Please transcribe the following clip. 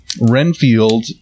Renfield